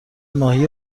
ماهی